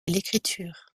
l’écriture